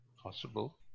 possible